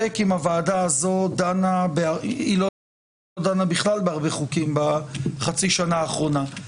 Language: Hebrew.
הוועדה הזאת לא דנה בכלל בהרבה חוקים בחצי השנה האחרונה,